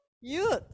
Youth